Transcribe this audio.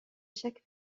chaque